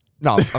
No